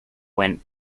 went